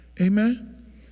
amen